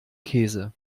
käse